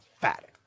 fat